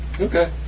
Okay